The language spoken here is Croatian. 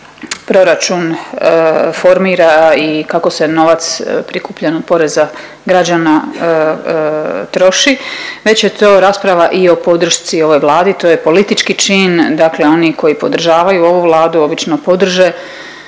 kako se proračun formira i kako se novac prikupljen od poreza građana troši već je to rasprava i o podršci ovoj Vladi. To je politički čin, dakle oni koji podržavaju ovu Vladu obično podrže